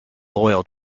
loyal